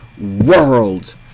world